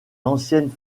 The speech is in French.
ancienne